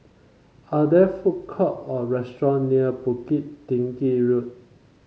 are there food court or restaurant near Bukit Tinggi Road